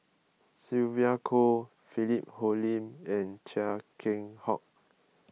Sylvia Kho Philip Hoalim and Chia Keng Hock